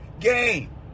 game